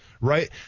Right